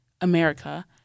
America